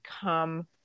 come